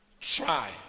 Try